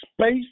space